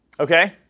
Okay